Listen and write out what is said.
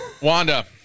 Wanda